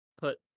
put